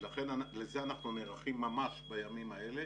לכן, לזה אנחנו נערכים ממש בימים האלה.